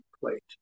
plate